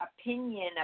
opinion